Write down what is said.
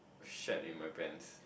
shat in my pants